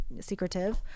secretive